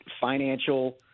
financial